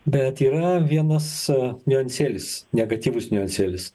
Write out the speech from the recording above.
bet yra vienas niuansėlis negatyvus niuansėlis